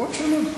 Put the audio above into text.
בעוד שנה.